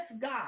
God